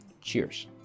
Cheers